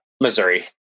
Missouri